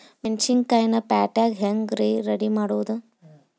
ಮೆಣಸಿನಕಾಯಿನ ಪ್ಯಾಟಿಗೆ ಹ್ಯಾಂಗ್ ರೇ ರೆಡಿಮಾಡೋದು?